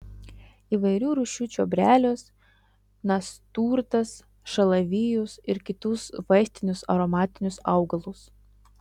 įvairių rūšių čiobrelius nasturtas šalavijus ir kitus vaistinius aromatinius augalus